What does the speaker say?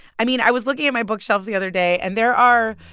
i mean, i was looking at my bookshelf the other day. and there are,